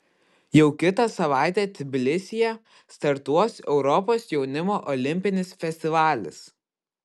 jau kitą savaitę tbilisyje startuos europos jaunimo olimpinis festivalis